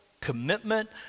commitment